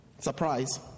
surprise